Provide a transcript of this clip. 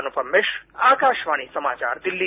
अनुपम मिश्र आकाशवाणी समाचार दिल्ली